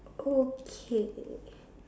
okay